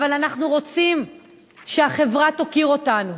אבל אנחנו רוצים שהחברה תוקיר אותנו,